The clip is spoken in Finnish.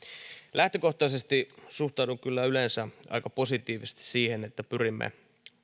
lähtökohtaisesti suhtaudun kyllä yleensä aika positiivisesti siihen että pyrimme